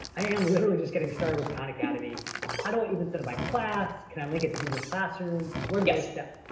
i am literally just getting started with khan academy. how do i even setup my class? can i link it to google classroom? what are those steps?